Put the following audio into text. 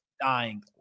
dying